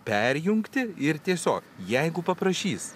perjungti ir tiesiog jeigu paprašys